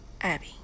Abby